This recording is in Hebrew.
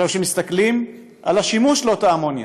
כשמסתכלים על השימוש באותה אמוניה,